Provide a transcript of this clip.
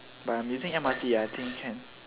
but I'm using M_R_T I think can